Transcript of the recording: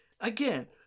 again